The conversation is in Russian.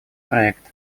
проект